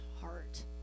heart